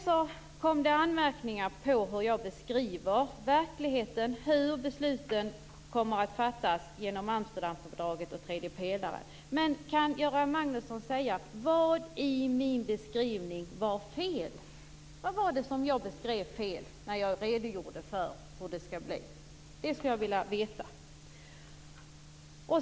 Det kom också anmärkningar på hur jag beskriver verkligheten när det gäller frågan om hur besluten kommer att fattas genom Amsterdamfördraget och tredje pelaren. Kan Göran Magnusson säga vad som var fel i min beskrivning? Vad var det jag beskrev fel när jag redogjorde för hur det skall bli? Det skulle jag vilja veta.